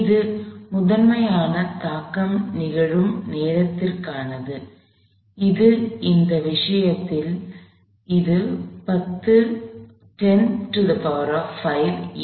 இது முதன்மையாக தாக்கம் நிகழும் நேரத்திற்கானது இந்த இந்த விஷயத்தில் இது 10 5 S